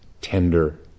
tender